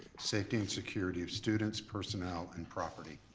safety and security of students, personnel, and property.